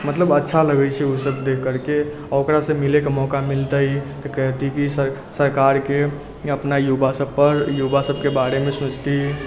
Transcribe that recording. मतलब अच्छा लगै छै ओसब देखि करिके ओकरासँ मिलैके मौका मिलतै तऽ कहती कि सरकारके अपना युवा सबपर युवा सबके बारेमे सोचतै